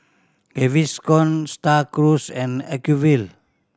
Gaviscon Star Cruise and Acuvue